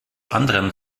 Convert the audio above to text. anderen